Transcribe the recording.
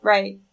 Right